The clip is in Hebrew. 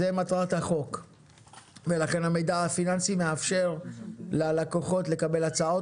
זו מטרת החוק ולכן המידע הפיננסי מאפשר ללקוחות לקבל הצעות